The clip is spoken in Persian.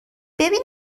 ببین